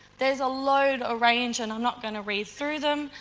there's a load, a range and i'm not going to read through them,